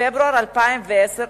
פברואר 2010,